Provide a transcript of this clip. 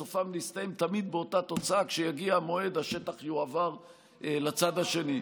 סופם להסתיים תמיד באותה תוצאה: כשיגיע המועד השטח יועבר לצד השני.